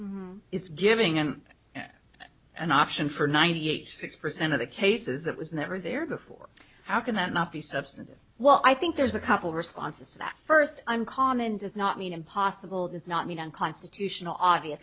expanded it's giving him an option for ninety eight six percent of the cases that was never there before how can that not be substantive well i think there's a couple responses to that first uncommon does not mean impossible does not mean unconstitutional